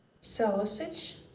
Sausage